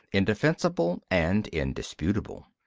indefensible and indisputable.